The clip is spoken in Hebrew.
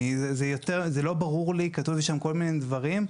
זה לא ברור לי, כתוב שם כל מיני דברים.